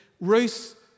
Ruth